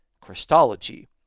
Christology